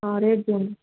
ହଁ ରେଟ୍ ଦିଅନ୍ତୁ